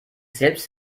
selbst